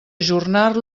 ajornar